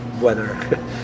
weather